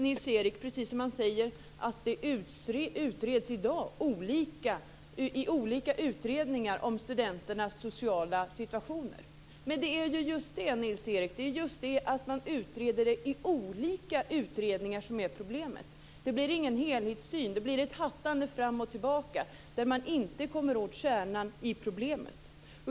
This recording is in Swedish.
Nils-Erik, precis som han säger att det utreds i dag, att det görs olika utredningar om studenternas sociala situationer. Men det är ju just det, Nils-Erik, att man utreder det i olika utredningar som är problemet. Det blir ingen helhetssyn. Det blir ett hattande fram och tillbaka där man inte kommer åt kärnan i problemet.